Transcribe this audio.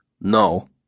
No